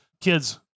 kids